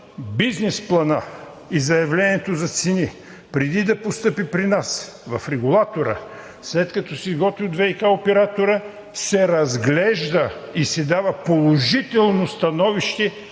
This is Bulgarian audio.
бизнес планът и заявлението за цени, преди да постъпи при нас, в регулатора, след като се изготви от ВиК оператора, се разглежда и се дава положително становище